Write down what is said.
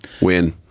Win